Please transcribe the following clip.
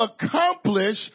accomplish